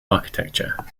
architecture